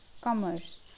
commerce